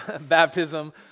baptism